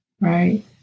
right